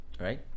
right